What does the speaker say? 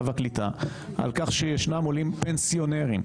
והקליטה על כך שישנם עולים פנסיונרים,